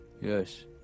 Yes